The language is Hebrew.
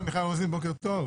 מיכל רוזין, בוקר טוב.